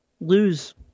lose